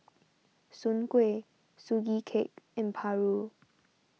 Soon Kuih Sugee Cake and Paru